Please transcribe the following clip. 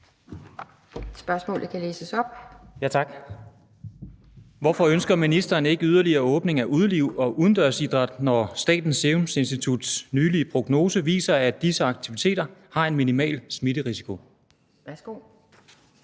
Stén Knuth (V): Tak. Hvorfor ønsker ministeren ikke en yderligere åbning af udeliv og udendørsidrætten, når Statens Serum Instituts nylige prognose viser, at disse aktiviteter har en minimal smitterisiko? Kl.